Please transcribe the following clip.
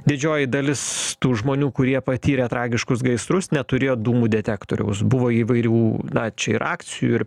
didžioji dalis tų žmonių kurie patyrė tragiškus gaisrus neturėjo dūmų detektoriaus buvo įvairių na čia ir akcijų ir